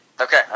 Okay